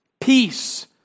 peace